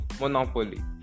monopoly